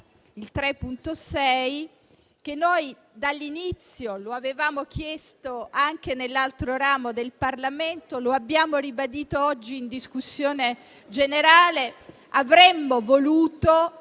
quanto noi dall'inizio avevamo chiesto, anche nell'altro ramo del Parlamento e che abbiamo ribadito oggi in discussione generale. Noi avremmo voluto